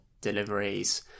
deliveries